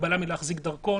הגבלה מלהחזיק דרכון,